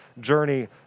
journey